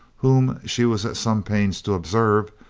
whom she was at some pains to observe,